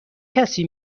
کسی